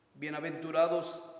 Bienaventurados